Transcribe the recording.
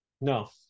No